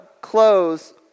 close